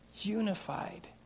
unified